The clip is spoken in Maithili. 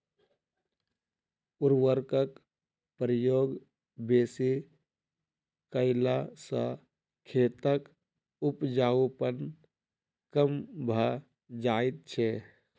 उर्वरकक प्रयोग बेसी कयला सॅ खेतक उपजाउपन कम भ जाइत छै